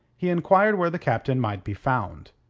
he enquired where the captain might be found.